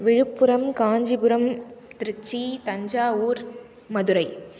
Villupuram Kanchipuram Trichy Thanjavur Madurai